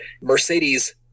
Mercedes